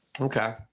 Okay